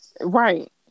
right